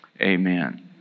Amen